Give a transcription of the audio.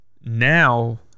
Now